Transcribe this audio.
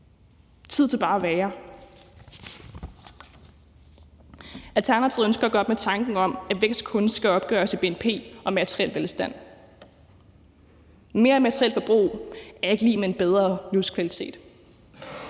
tid til bare at være. Alternativet ønsker at gøre op med tanken om, at vækst kun skal opgøres i bnp og materiel velstand. Mere materielt forbrug er ikke lig med en bedre livskvalitet.